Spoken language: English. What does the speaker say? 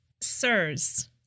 Sirs